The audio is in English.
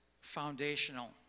foundational